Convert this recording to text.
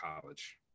college